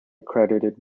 accredited